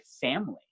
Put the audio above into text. family